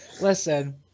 Listen